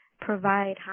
provide